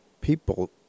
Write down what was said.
people